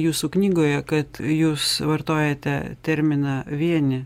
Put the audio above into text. jūsų knygoje kad jūs vartojate terminą vienį